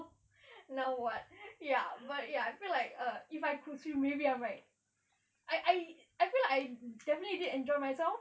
now what ya but ya I feel like uh if I could swim maybe I might I I I feel like definitely enjoy myself